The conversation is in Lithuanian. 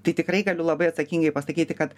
tai tikrai galiu labai atsakingai pasakyti kad